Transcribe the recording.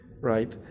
right